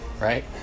right